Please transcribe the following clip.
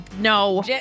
No